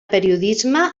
periodisme